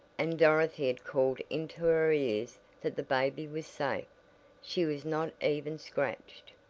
and dorothy had called into her ears that the baby was safe she was not even scratched!